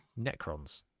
necrons